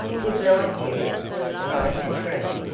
good-night, dearest, cried katrine,